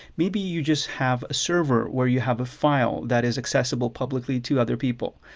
maybe you just have a server where you have a file that is accessible publicly to other people.